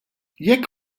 jekk